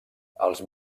els